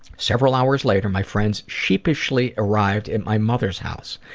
several hours later, my friends sheepishly arrived at my mother's house.